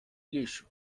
lixo